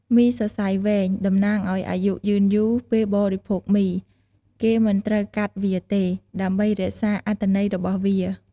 មីសសៃវែង តំណាងឱ្យអាយុយឺនយូរ ពេលបរិភោគមី គេមិនត្រូវកាត់វាទេ ដើម្បីរក្សាអត្ថន័យរបស់វា។